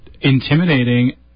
intimidating